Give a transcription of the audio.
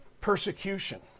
persecution